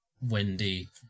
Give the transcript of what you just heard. Wendy